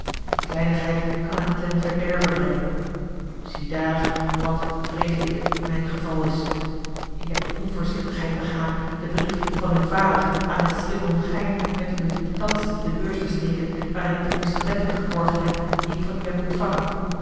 en die kleinigheid kan hem ten verderve brengen ziedaar wat vreeze ik mijn geval is ik heb de onvoorzichtigheid begaan den brief van uw vader aan messire lonchijn met uwe quitantie in de beurs te steken waarin ik de pistoletten geborgen heb die ik van u heb ontvangen